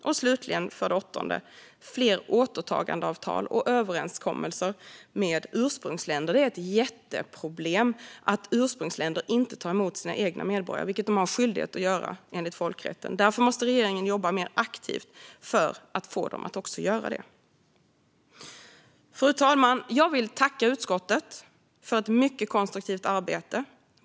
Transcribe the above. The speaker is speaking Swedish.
Och slutligen: Fler återtagandeavtal och överenskommelser med ursprungsländer. Det är ett jätteproblem att ursprungsländer inte tar emot sina egna medborgare, vilket de har skyldighet att göra enligt folkrätten. Därför måste regeringen jobba mer aktivt för att få dem att också göra det. Fru talman! Jag vill tacka utskottet för ett mycket konstruktivt arbete.